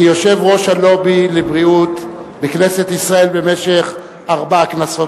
כיושב-ראש הלובי לבריאות בכנסת ישראל בארבע הכנסות